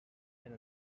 and